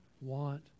want